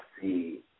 see